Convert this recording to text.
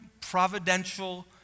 providential